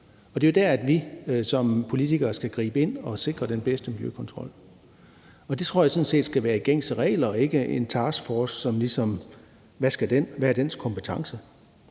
Det er der, hvor vi som politikere skal gribe ind og sikre den bedste miljøkontrol, og det tror jeg sådan set skal være med gængse regler og ikke en taskforce, hvor man ligesom kan sige: Hvad er dens kompetence